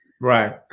right